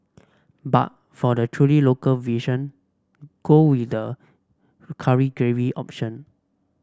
but for the truly local version go with the curry gravy option